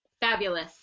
Fabulous